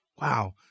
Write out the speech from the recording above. Wow